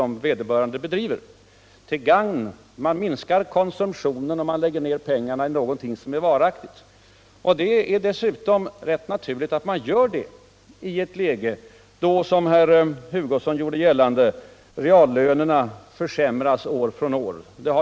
Man minskar konsumtionen om man lägger ned pengar I något som är varaktigt. Det är dessutom särskilt naturligt att handla så i ett läge då, som herr Hugosson gjorde gällande, reallönerna urholkas år från år.